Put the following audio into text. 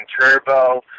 Turbo